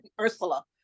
Ursula